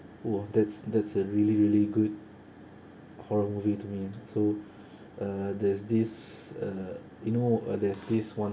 !wah! that's that's a really really good horror movie to me so uh there's this uh you know uh there's this one